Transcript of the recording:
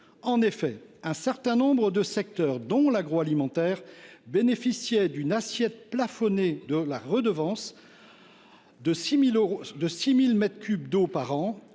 En effet, un certain nombre de secteurs, dont l’agroalimentaire, bénéficiaient d’une assiette plafonnée de la redevance à 6 000 mètres cubes